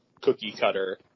cookie-cutter